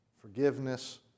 forgiveness